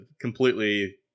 completely